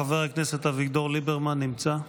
חבר הכנסת אביגדור ליברמן נמצא?